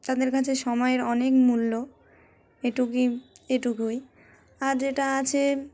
তাদের কাছে সময়ের অনেক মূল্য এটুকিই এটুকুই আর যেটা আছে